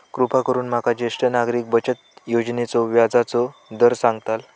कृपा करून माका ज्येष्ठ नागरिक बचत योजनेचो व्याजचो दर सांगताल